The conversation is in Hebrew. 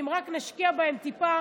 שאם רק נשקיע בהם טיפה,